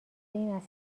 این